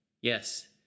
Yes